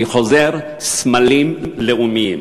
אני חוזר, סמלים לאומיים.